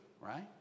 right